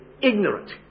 ignorant